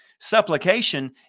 Supplication